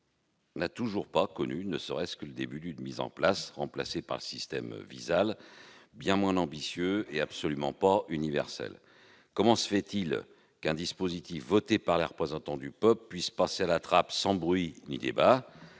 n'a toujours pas connu ne serait-ce que le début d'une mise en place ; elle a été remplacée par le dispositif VISALE, bien moins ambitieux et absolument pas universel. Comment se fait-il qu'un dispositif voté par les représentants du peuple puisse passer à la trappe sans bruit ni débat